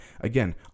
again